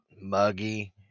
muggy